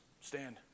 Stand